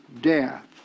death